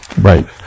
Right